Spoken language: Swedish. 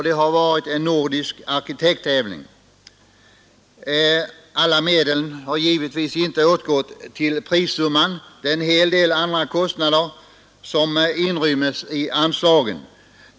Det har rört sig om en nordisk arkitekttävling. Alla medel har givetvis inte åtgått till prissumman. En hel del andra kostnader inrymmes i anslagen.